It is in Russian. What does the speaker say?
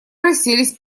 расселись